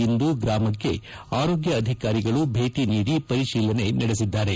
ಇಂದು ಗ್ರಾಮಕ್ಕೆ ಆರೋಗ್ಯ ಅಧಿಕಾರಿಗಳು ಭೇಟಿ ನೀಡಿ ಪರಿಶೀಲನೆ ನಡೆಸಿದ್ದಾರೆ